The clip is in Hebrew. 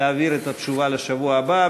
להעביר את התשובה לשבוע הבא.